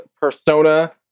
persona